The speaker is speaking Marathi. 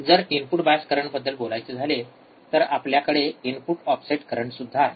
जर इनपुट बायस करंटबद्दल बोलायचे झाले तर आपल्याकडे इनपुट ऑफसेट करंटसुद्धा आहे